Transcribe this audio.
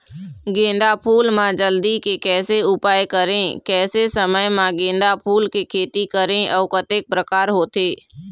गेंदा फूल मा जल्दी के कैसे उपाय करें कैसे समय मा गेंदा फूल के खेती करें अउ कतेक प्रकार होथे?